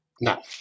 no